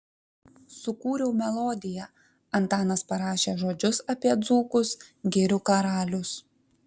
sukūriau melodiją antanas parašė žodžius apie dzūkus girių karalius